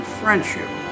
friendship